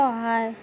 সহায়